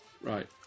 Right